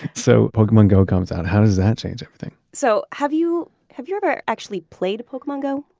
so pokemon go comes out. how does that change everything? so have you have you ever actually played pokemon go?